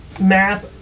map